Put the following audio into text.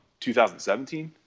2017